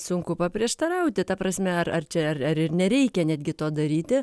sunku paprieštarauti ta prasme ar ar čia ar ar ir nereikia netgi to daryti